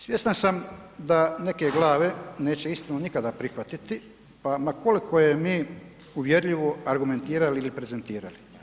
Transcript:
Svjestan sam da neke glave neće istinu nikada prihvatiti pa ma koliko je uvjerljivo argumentirali ili prezentirali.